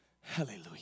Hallelujah